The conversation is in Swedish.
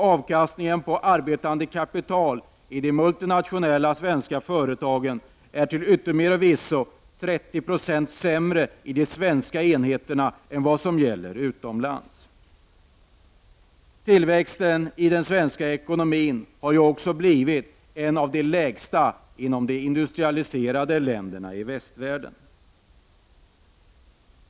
Avkastningen på arbetande kapital i de multinationella svenska företagen är till yttermera visso 30 Zo sämre i de svenska enheterna än vad som gäller utomlands. Tillväxten i den svenska ekonomin har också förmodligen blivit en av de lägsta inom de industrialiserade länderna i västvärlden.